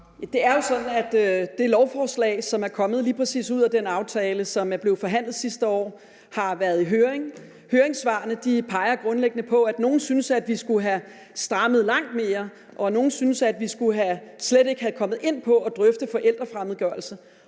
Det er jo sådan, at det lovforslag, som er kommet lige præcis ud af den aftale, som er blevet forhandlet sidste år, har været i høring. Høringssvarene peger grundlæggende på, at nogle synes, at vi skulle have strammet langt mere, og at nogle synes, at vi slet ikke skulle have kommet ind på at drøfte forældrefremmedgørelse.